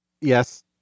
Yes